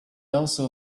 also